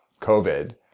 COVID